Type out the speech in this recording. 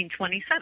1927